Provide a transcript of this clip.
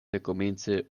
dekomence